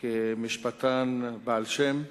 כמשפטן בעל שם,